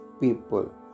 people